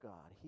God